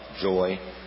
joy